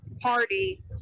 party